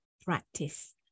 practice